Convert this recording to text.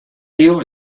río